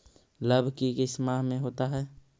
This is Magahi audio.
लव की किस माह में होता है?